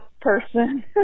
person